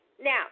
Now